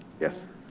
yes.